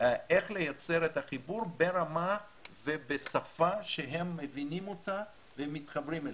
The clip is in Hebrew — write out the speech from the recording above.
איך לייצר את החיבור ברמה ובשפה שהם מבינים אותה ומתחברים אליה.